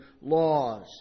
laws